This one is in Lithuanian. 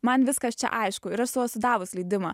man viskas čia aišku ir aš sau esu davus leidimą